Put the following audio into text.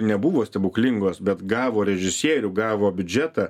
nebuvo stebuklingos bet gavo režisierių gavo biudžetą